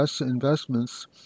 investments